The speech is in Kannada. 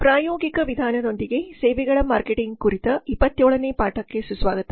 ಪ್ರಾಯೋಗಿಕ ವಿಧಾನದೊಂದಿಗೆ ಸೇವೆಗಳ ಮಾರ್ಕೆಟಿಂಗ್ ಕುರಿತು 27 ನೇ ಪಾಠಕ್ಕೆ ಸುಸ್ವಾಗತ